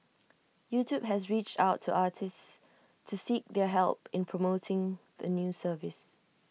YouTube has reached out to artists to seek their help in promoting the new service